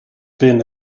been